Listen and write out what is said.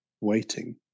waiting